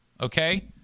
Okay